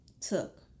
took